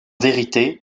vérité